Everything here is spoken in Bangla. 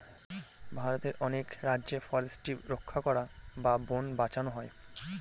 ভারতের অনেক রাজ্যে ফরেস্ট্রি রক্ষা করা বা বোন বাঁচানো হয়